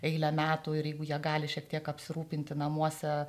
eilę metų ir jeigu jie gali šiek tiek apsirūpinti namuose